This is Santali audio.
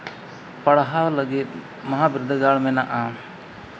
ᱯᱟᱲᱦᱟᱣ ᱞᱟᱹᱜᱤᱫ ᱢᱚᱦᱟ ᱵᱤᱫᱽᱫᱟᱹᱜᱟᱲ ᱢᱮᱱᱟᱜᱼᱟ